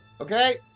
Okay